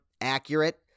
accurate